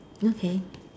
okay